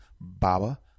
Baba